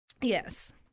yes